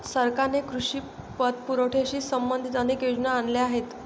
सरकारने कृषी पतपुरवठ्याशी संबंधित अनेक योजना आणल्या आहेत